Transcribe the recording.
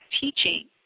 teaching